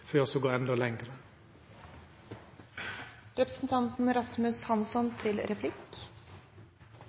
for å gå endå